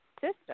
system